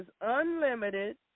Unlimited